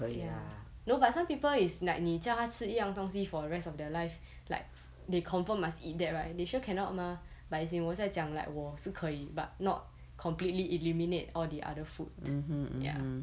ya no but some people is like 你叫他吃一样东西 for the rest of their life like they confirm must eat that right and they sure cannot mah but as in 我在讲 like 我是可以 but not completely eliminate all the other food ya